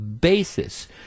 basis –